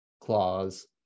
clause